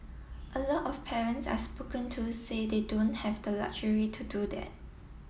a lot of parents I spoken to say they don't have the luxury to do that